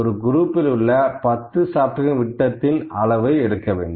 ஒரு குரூப்பில் உள்ள 10 ஷாப்ட்கள் விட்டத்தின் அளவை எடுக்க வேண்டும்